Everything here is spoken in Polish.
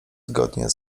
zgodnie